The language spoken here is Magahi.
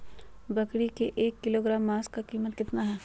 बकरी के एक किलोग्राम मांस का कीमत कितना है?